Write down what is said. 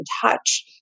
touch